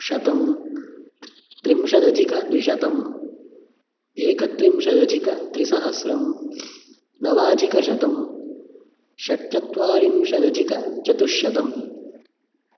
शतं त्रिंशतदधिकद्विशतं एकत्रिंशदधिकत्रिसहस्रं नवाधिकशतं षट्चत्वारिंशदधिकचतुश्शतम्